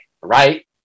right